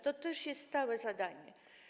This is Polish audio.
To też jest stałe zadanie.